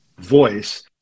voice